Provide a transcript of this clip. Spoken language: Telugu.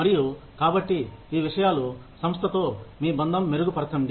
మరియు కాబట్టి ఈ విషయాలు సంస్థతో మీ బంధం మెరుగుపరచండి